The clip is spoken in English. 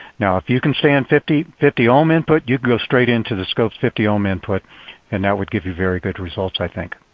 now if you can stand fifty fifty ohm input, you can go straight into the scope's fifty ohm input and that would give you very good results i think.